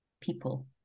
people